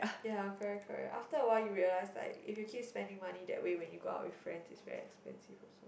ya correct correct after a while you realize like if you keep spending money that way when you go out with friends is very expensive also